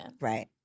right